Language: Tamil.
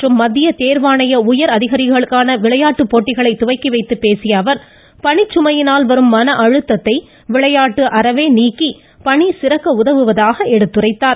மற்றும் மத்திய தேர்வாணைய உயர் அதிகாரிகளுக்கான விளையாட்டுப் போட்டிகளை இன்று துவக்கி வைத்துப் பேசிய அவர் பணிச்சுமையினால் வரும் மன அழுத்தத்தை விளையாட்டு அறவே நீக்கி பணி சிறக்க உதவுவதாக எடுத்துரைத்தார்